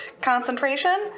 Concentration